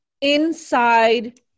inside